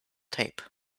tape